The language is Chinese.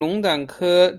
龙胆科